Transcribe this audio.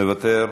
מוותר,